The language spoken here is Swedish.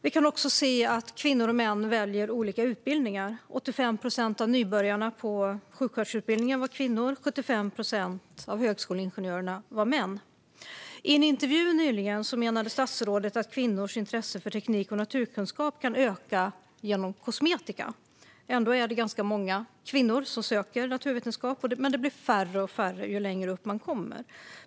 Vi kan också se att kvinnor och män väljer olika utbildningar. 85 procent av nybörjarna på sjuksköterskeutbildningen var kvinnor. 75 procent av högskoleingenjörerna var män. I en intervju nyligen menade statsrådet att kvinnors intresse för teknik och naturkunskap kan öka genom kosmetika. Ändå är det ganska många kvinnor som söker naturvetenskapliga utbildningar, men det blir färre och färre ju längre upp man kommer.